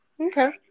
Okay